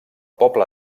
poble